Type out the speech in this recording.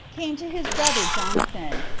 came to his brother jonathan,